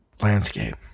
landscape